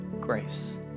grace